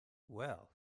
well